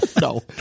No